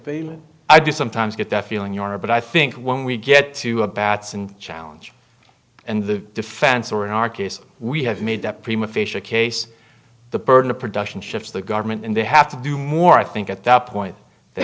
of i do sometimes get the feeling you are but i think when we get to a batson challenge and the defense or in our case we have made that prima facia case the burden of production shifts the government and they have to do more i think at that point they